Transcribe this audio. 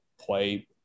play –